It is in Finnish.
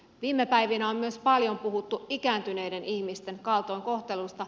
viime päivinä on myös paljon puhuttu ikääntyneiden ihmisten kaltoinkohtelusta